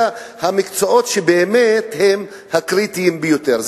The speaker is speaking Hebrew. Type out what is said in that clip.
אלא המקצועות שבאמת הם הקריטיים ביותר.